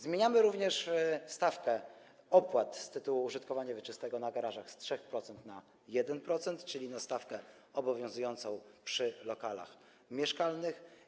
Zmieniamy również stawkę opłat z tytułu użytkowania wieczystego garaży z 3% na 1%, czyli na stawkę obowiązującą przy lokalach mieszkalnych.